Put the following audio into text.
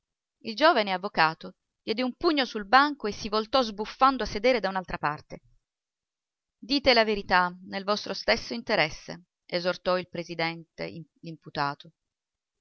il giovane avvocato diede un pugno sul banco e si voltò sbuffando a sedere da un'altra parte dite la verità nel vostro stesso interesse esortò il presidente l'imputato